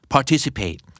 Participate